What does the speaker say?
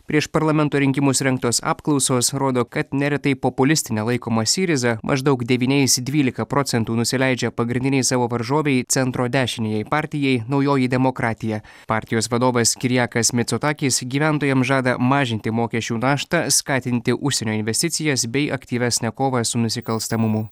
prieš parlamento rinkimus rengtos apklausos rodo kad neretai populistine laikoma syriza maždaug devyniais dvylika procentų nusileidžia pagrindinei savo varžovei centro dešiniajai partijai naujoji demokratija partijos vadovas kirijakas micotakis gyventojams žada mažinti mokesčių naštą skatinti užsienio investicijas bei aktyvesnę kovą su nusikalstamumu